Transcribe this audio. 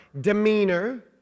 demeanor